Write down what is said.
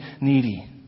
needy